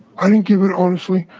i didn't give it honestly,